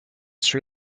sri